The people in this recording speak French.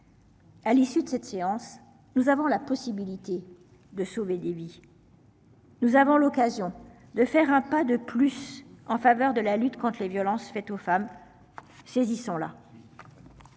À l'issue de cette séance, nous avons la possibilité de sauver des vies. Nous avons l'occasion de faire un pas de plus en faveur de la lutte contre les violences faites aux femmes. Saisissons-là.